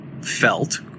felt